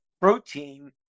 protein